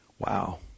Wow